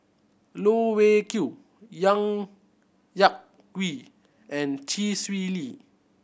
Loh Wei Kiew Yak Whee and Chee Swee Lee